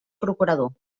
procurador